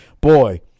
boy